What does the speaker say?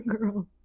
girl